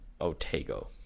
Otago